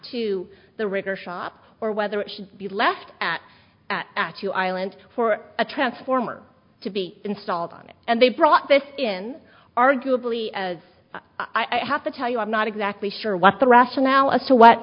to the river shop or whether it should be left at accu island for a transformer to be installed on it and they brought this in arguably i have to tell you i'm not exactly sure what the rationale as to what